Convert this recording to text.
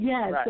Yes